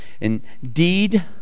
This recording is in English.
Indeed